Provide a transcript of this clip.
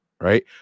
right